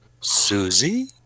Susie